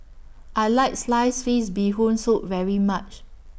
I like Sliced Fish Bee Hoon Soup very much